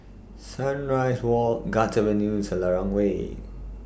Sunrise Walk Guards Avenue and Selarang Way